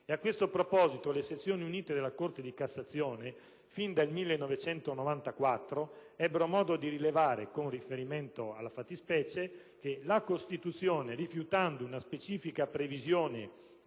A questo proposito, fin dal 1994 le sezioni unite della Corte di cassazione ebbero modo di rilevare, con riferimento alla fattispecie, che la Costituzione, evitando una specifica previsione